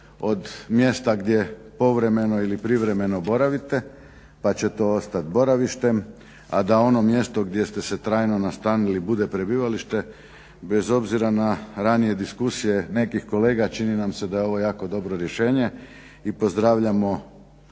od mjesta gdje povremeno ili privremeno boravite pa će to ostati boravištem, a da ono mjesto gdje ste se trajno nastanili bude prebivalište bez obzira na ranije diskusije nekih kolega čini nam se da je ovo jako dobro rješenje i pozdravljamo